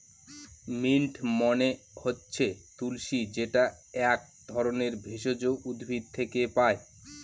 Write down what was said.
mint মানে হচ্ছে তুলশী যেটা এক ধরনের ভেষজ উদ্ভিদ থেকে পায়